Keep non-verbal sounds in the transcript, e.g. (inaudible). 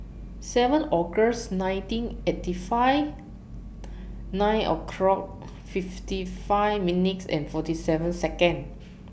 seven August nineteen eighty five (noise) nine o'clock fifty five minutes and forty seven Seconds